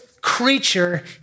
creature